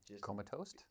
comatose